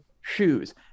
shoes